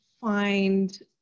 find